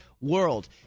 world